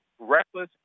reckless